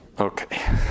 Okay